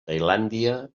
tailàndia